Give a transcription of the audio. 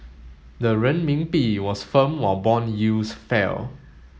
the Renminbi was firm while bond yields fell